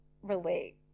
relate